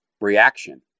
reaction